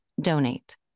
donate